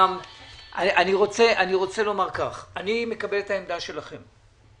אני מקבל את העמדה שלכם.